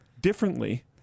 differently